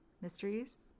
mysteries